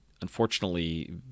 unfortunately